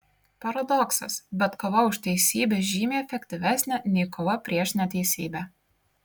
paradoksas bet kova už teisybę žymiai efektyvesnė nei kova prieš neteisybę